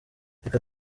reka